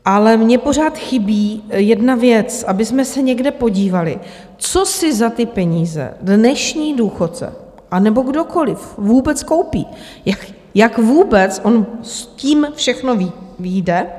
Ale mně pořád chybí jedna věc, abychom se někde podívali, co si za ty peníze dnešní důchodce, anebo kdokoliv, vůbec koupí, jak vůbec on s tím všechno vyjde.